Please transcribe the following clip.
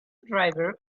driver